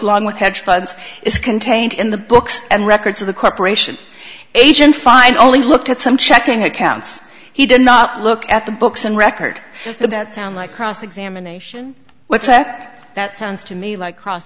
along with hedge funds is contained in the books and records of the corporation agent find only looked at some checking accounts he did not look at the books and record just the that sound like cross examination what's that that sounds to me like cross